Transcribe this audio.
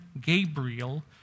Gabriel